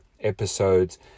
episodes